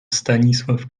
stanisław